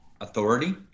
authority